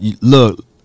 look